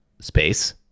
space